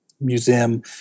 museum